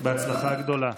בהצלחה גדולה.